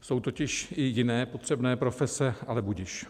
Jsou totiž i jiné potřebné profese, ale budiž.